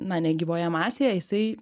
na negyvoje masėje jisai